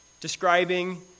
describing